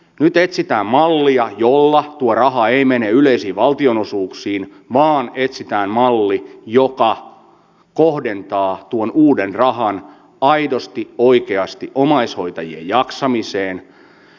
nyt etsitään mallia jolla tuo raha ei mene yleisiin valtionosuuksiin vaan joka kohdentaa tuon uuden rahan aidosti oikeasti omaishoitajien jaksamiseen